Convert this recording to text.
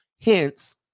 Hence